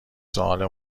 سوال